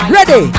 Ready